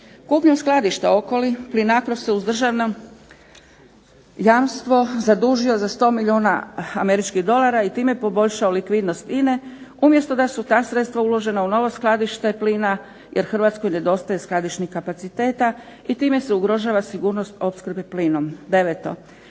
Kupnjom skladišta Okoli Plinacro se uz državno jamstvo zadužio za 100 milijuna američkih dolara i time poboljšao likvidnost INA-e, umjesto da su ta sredstva uložena u novo skladište plina, jer Hrvatskoj nedostaje skladišnih kapaciteta i time se ugrožava sigurnost opskrbe plinom.